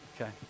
Okay